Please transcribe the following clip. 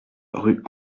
rue